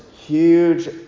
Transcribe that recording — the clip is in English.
huge